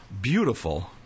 beautiful